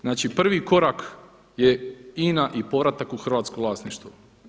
Znači prvi korak je INA i povratak u hrvatsko vlasništvo.